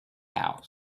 house